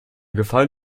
gefallen